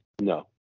no